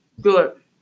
Good